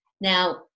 Now